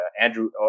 Andrew